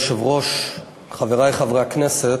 חברי חברי הכנסת,